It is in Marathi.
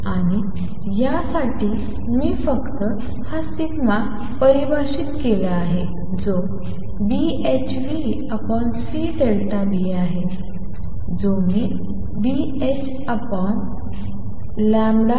आणि यासाठी मी फक्त हा सिग्मा परिभाषित केला आहे जो Bhνc आहे जो मी Bh